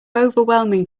overwhelming